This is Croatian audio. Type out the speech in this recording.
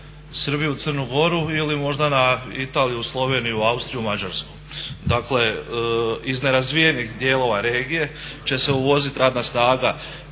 Srbiju, Crnu Goru ili možda na Italiju, Sloveniju, Austriju, Mađarsku. Dakle, iz nerazvijenih dijelova regije će se uvoziti radna snaga,